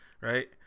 right